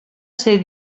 ser